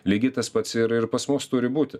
lygiai tas pats ir ir pas mus turi būti